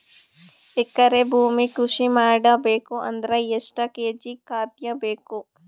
ಎಕರೆ ಭೂಮಿ ಕೃಷಿ ಮಾಡಬೇಕು ಅಂದ್ರ ಎಷ್ಟ ಕೇಜಿ ಖಾದ್ಯ ಬೇಕು?